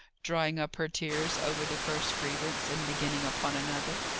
drying up her tears over the first grievance, and beginning upon another.